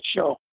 show